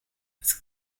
het